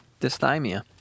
dysthymia